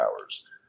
hours